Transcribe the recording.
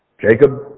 Jacob